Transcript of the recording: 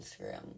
Instagram